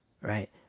right